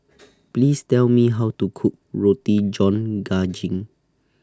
Please Tell Me How to Cook Roti John Daging